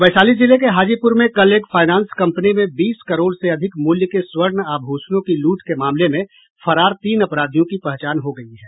वैशाली जिले के हाजीपुर में कल एक फाइनेंस कम्पनी में बीस करोड़ से अधिक मूल्य के स्वर्ण आभूषणों की लूट के मामले में फरार तीन अपराधियों की पहचान हो गयी है